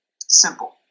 simple